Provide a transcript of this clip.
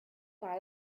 par